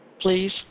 Please